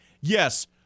Yes